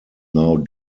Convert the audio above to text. now